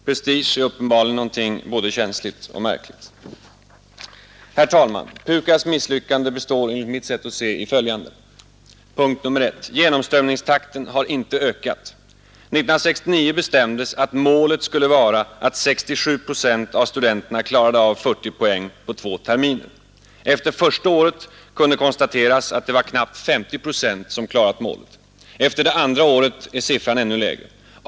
Prestige är uppenbarligen någonting både känsligt och märkligt. PUKAS ss misslyckande består i följande: 1. Genomströmningstakten har inte ökat. 1969 bestämdes att målet skulle vara att 67 procent av studenterna klarade av 40 poäng på två terminer. Efter första året kunde konstateras att det var knappt 50 procent som klarat målet. Efter det andra året är siffran ännu lägre.